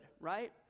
right